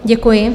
Děkuji.